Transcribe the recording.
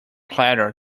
clara